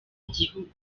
igihugu